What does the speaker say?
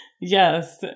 Yes